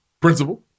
principal